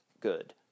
good